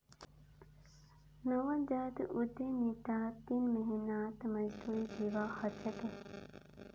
नवजात उद्यमितात तीन महीनात मजदूरी दीवा ह छे